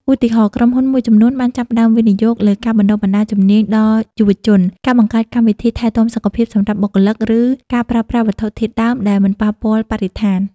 ឧទាហរណ៍ ក្រុមហ៊ុនមួយចំនួនបានចាប់ផ្តើមវិនិយោគលើការបណ្តុះបណ្តាលជំនាញដល់យុវជន ការបង្កើតកម្មវិធីថែទាំសុខភាពសម្រាប់បុគ្គលិក ឬការប្រើប្រាស់វត្ថុធាតុដើមដែលមិនប៉ះពាល់បរិស្ថាន ។